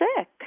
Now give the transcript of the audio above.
sick